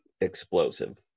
explosive